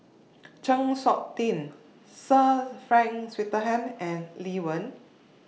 Chng Seok Tin Sir Frank Swettenham and Lee Wen